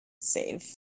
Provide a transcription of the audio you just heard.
Save